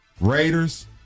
Raiders